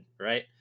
right